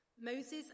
Moses